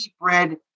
bread